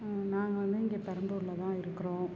நாங்கள் வந்து இங்கே பெரம்பலூரில் தான் இருக்கிறோம்